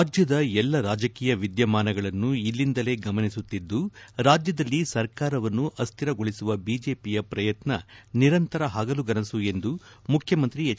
ರಾಜ್ಯದ ಎಲ್ಲ ರಾಜಕೀಯ ವಿದ್ಯಮಾನಗಳನ್ನು ಇಲ್ಲಿಂದಿಲ್ಲೇ ಗಮನಿಸುತ್ತಿದ್ದು ರಾಜ್ಯದಲ್ಲಿ ಸರ್ಕಾರವನ್ನು ಅಸ್ದಿರಗೊಳಿಸುವ ಬಿಜೆಪಿಯ ಪ್ರಯತ್ನ ನಿರಂತರ ಹಗಲುಗನಸು ಎಂದು ಮುಖ್ಯಮಂತ್ರಿ ಎಚ್